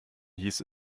hieß